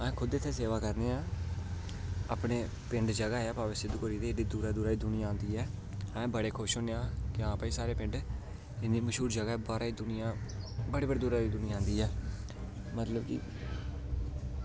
अस खुद उत्थै सेवा करने आं अपने पिंड जगह ऐ बाबा सिद्ध गौरिया दी एड्डी दूरा दूरा दुनियां आंदी ऐ अस बड़े खुश होन्ने आं कि साढ़े पिंड इन्नी मशहूर जगह बाह्रै दी दुनियां बड़े बड़े दूरां दी दुनियां आंदी ऐ मतलब कि